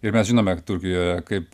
ir mes žinome turkijoje kaip